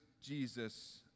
Jesus